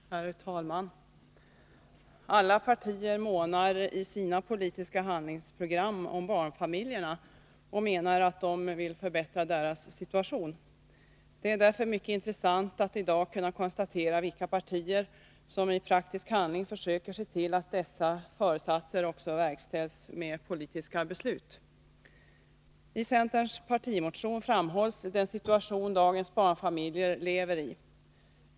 Herr talman! Alla partier månar i sina politiska handlingsprogram om barnfamiljerna och menar att man vill förbättra deras situation. Det är därför mycket intressant att i dag kunna konstatera vilka partier som i praktisk handling försöker se till att dessa föresatser också verkställs med politiska beslut. I centerns partimotion framhålls den situation dagens barnfamiljer lever i.